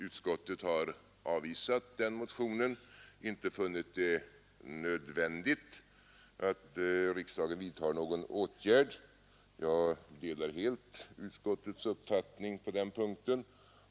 Utskottet har avvisat den motionen. Det har inte funnit nödvändigt att riksdagen vidtar någon åtgärd. Jag delar helt utskottets uppfattning på den punkten.